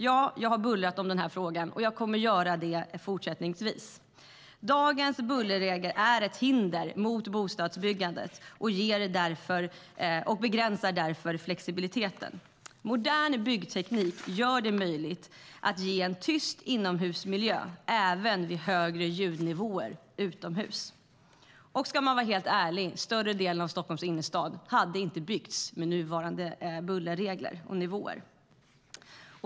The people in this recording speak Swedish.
Ja, jag har bullrat om den här frågan, och jag kommer att fortsätta göra det. Dagens bullerregler är ett hinder mot bostadsbyggandet och begränsar därför flexibiliteten. Modern byggteknik gör det möjligt med en tyst innemiljö även vid högre ljudnivåer utomhus. Om man ska vara helt ärlig hade större delen av Stockholms innerstad inte byggts med nuvarande bullerregler och nivåer.